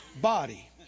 body